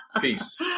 Peace